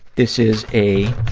this is a